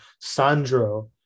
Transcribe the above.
Sandro